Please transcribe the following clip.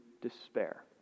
despair